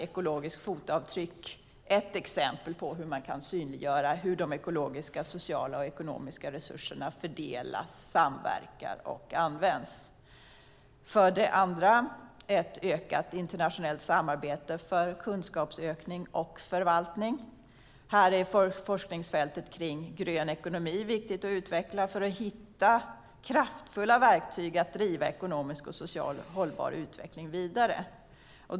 Ekologiskt fotavtryck är ett exempel på ett sätt att synliggöra hur de ekologiska, sociala och ekonomiska resurserna fördelas, samverkar och används. För det andra handlar det om ett ökat internationellt samarbete för kunskapsökning och förvaltning. Här är forskningsfältet för grön ekonomi viktigt att utveckla för att hitta verktyg att driva ekonomiskt och socialt hållbar utveckling vidare.